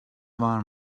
var